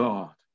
God